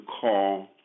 call